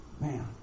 man